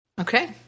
Okay